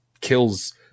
kills